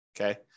Okay